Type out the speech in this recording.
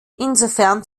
insofern